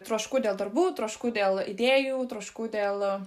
trošku dėl darbų trošku dėl idėjų trošku dėl